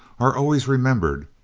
are always remembered,